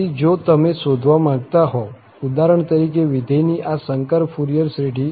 તેથી જો તમે શોધવા માંગતા હો ઉદાહરણ તરીકે વિધેયની આ સંકર ફુરિયર શ્રેઢી fex જ્યાં xπ